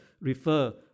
refer